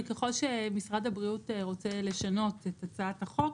וככל שמשרד הבריאות רוצה לשנות את הצעת החוק,